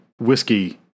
whiskey